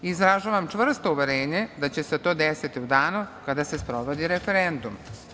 Izražavam čvrsto uverenje da će se to desiti u danu kada se sprovodi referendum.